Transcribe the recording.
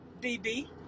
DB